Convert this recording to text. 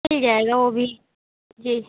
मिल जाएगा वह भी जी